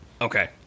Okay